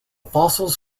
fossils